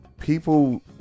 people